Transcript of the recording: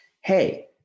hey